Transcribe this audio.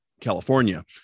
California